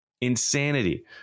Insanity